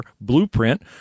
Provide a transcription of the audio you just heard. blueprint